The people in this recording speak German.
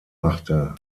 machte